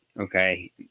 okay